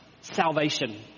Salvation